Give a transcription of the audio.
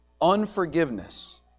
unforgiveness